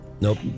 Nope